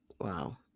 Wow